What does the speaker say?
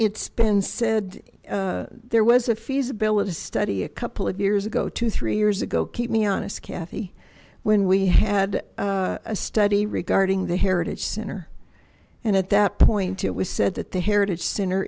it's been said there was a feasibility study a couple of years ago two three years ago keep me honest kathy when we had a study regarding the heritage center and at that point it was said that the heritage center